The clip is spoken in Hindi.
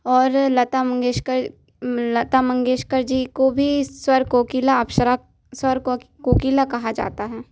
और लाता मंगेशकर लता मंगेशकर जी को भी स्वर कोकिला अप्सरा स्वर को कोकीला कहा जाता है